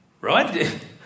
Right